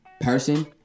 person